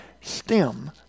stem